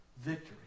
Victory